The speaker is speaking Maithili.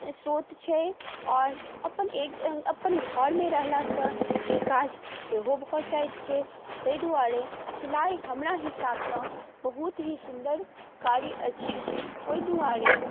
स्रोत छै आओर अपन एक अपन घरमे रहलासँ ई काज सेहो भऽ जाइत छै ताहि दुआरे सिलाइ हमरा हिसाबसँ बहुत ही सुन्दर कार्य अछि ओहि दुआरे